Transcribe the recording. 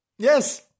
Yes